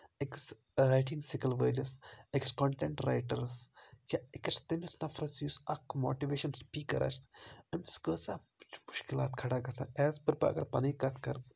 أکِس writing skill وٲلِس أکِس کَنٹیٚنٹ رایٹَرَس یا أکِس تٔمِس نَفرَس یُس اَکھ ماٹِویشَن سپیٖکَر آسہِ أمِس کٲژَہ مُشکِلات کھڑا گژھان ایز پٔر پَتہٕ اَگَر پَنٕنۍ کَتھ کَرٕ بہٕ